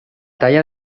talla